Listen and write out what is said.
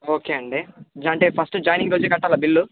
okay అండి అంటే first joining రోజే కట్టాలా బిల్లు